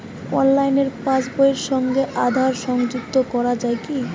অনলাইনে পাশ বইয়ের সঙ্গে আধার সংযুক্তি করা যায় কি?